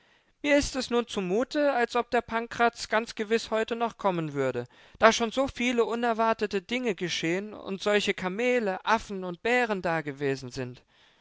mir ist es nun zumute als ob der pankraz ganz gewiß heute noch kommen würde da schon so viele unerwartete dinge geschehen und solche kamele affen und bären dagewesen sind